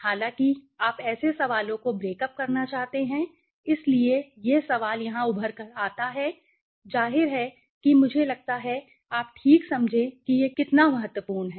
हालांकि आप ऐसे सवालो को ब्रेकअप करना चाहते हैं इसलिए यह सवाल यहां उभर कर आता है जाहिर है कि मुझे लगता हैआप ठीक समझे कि यह कितना इम्पोर्टेन्ट है